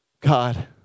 God